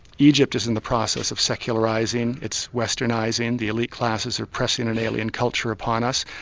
egypt is in the process of secularising, it's westernising, the elite classes are pressing an alien culture upon us.